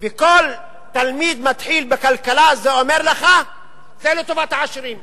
כל תלמיד מתחיל בכלכלה אומר לך שזה לטובת העשירים,